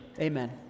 Amen